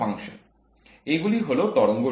এগুলি হল তরঙ্গরূপ